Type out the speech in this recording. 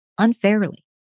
unfairly